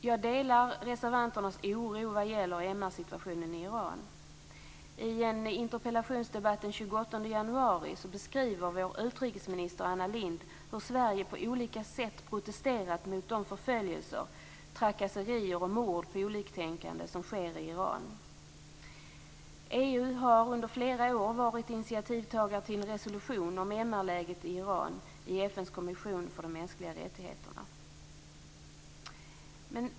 Jag delar reservanternas oro vad gäller MR 28 januari beskriver vår utrikesminister Anna Lindh hur Sverige på olika sätt protesterat mot de förföljelser, trakasserier och mord på oliktänkande som sker i Iran. EU har under flera år varit initiativtagare till en resolution om MR-läget i Iran i FN:s kommission för de mänskliga rättigheterna.